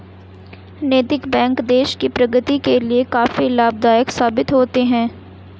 नैतिक बैंक देश की प्रगति के लिए काफी लाभदायक साबित होते हैं